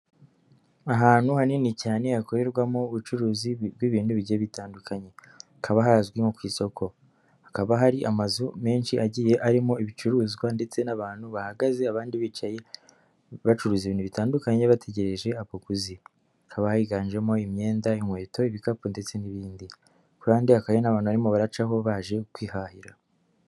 Ahantu hanini cyane hakorerwamo ubucuruzi bw'ibintu bigiye bitandukanye, hakaba hazwi nko ku isoko, hakaba hari amazu menshi agiye arimo ibicuruzwa ndetse n'abantu bahagaze abandi bicaye bacuruza ibintu bitandukanye bategereje abaguzi, hakaba higanjemo imyenda, inkweto, ibikapu, ndetse n'ibindi. Kuruhande hakaba hari n'abantu barimo baracaho baje kwihahira.